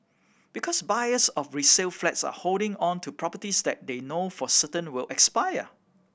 because buyers of resale flats are holding on to properties that they know for certain will expire